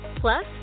Plus